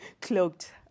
cloaked